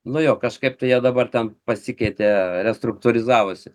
nu jo kažkaip tai jie dabar ten pasikeitė restruktūrizavosi